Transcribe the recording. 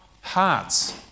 hearts